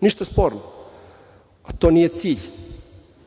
ništa sporno. To nije cilj,